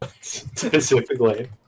specifically